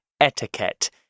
etiquette